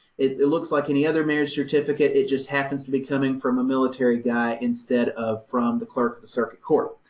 it it looks like any other marriage certificate, it just happens to be coming from a military guy instead of from the clerk of the circuit court.